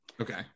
Okay